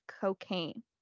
cocaine